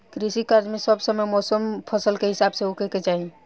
कृषि कार्य मे सब समय मौसम फसल के हिसाब से होखे के चाही